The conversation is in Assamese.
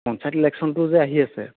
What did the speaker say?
পঞ্চায়ত ইলেকশ্যনটো যে আহি আছে